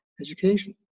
education